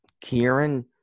Kieran